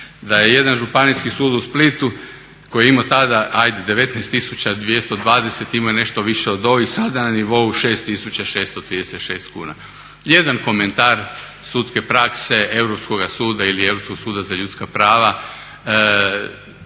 Da je jedan Županijski sud u Splitu koji je imao tada hajde 19220, imao je nešto više od ovih sada je na nivou 6636 kuna. Jedan komentar sudske prakse Europskoga suda ili Europskog suda za ljudska prava